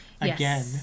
again